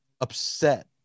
upset